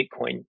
Bitcoin